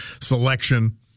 selection